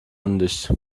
undicht